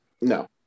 No